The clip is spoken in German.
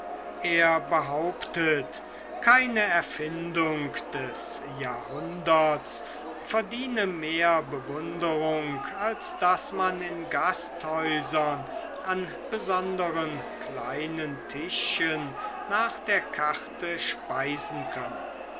er behauptet keine erfindung des jahrhunderts verdiene mehr bewunderung als daß man in gasthäusern an besonderen kleinen tischchen nach der karte speisen könne